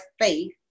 faith